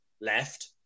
left